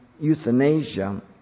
euthanasia